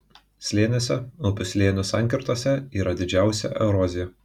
slėniuose upių slėnių sankirtose yra didžiausia erozija